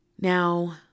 Now